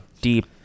deep